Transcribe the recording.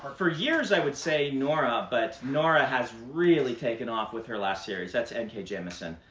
for years, i would say nora, but nora has really taken off with her last series. that's n. k. jemisin.